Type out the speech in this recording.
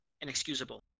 inexcusable